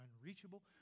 unreachable